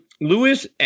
Lewis